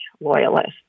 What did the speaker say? loyalists